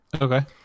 Okay